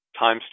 timestamp